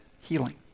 healing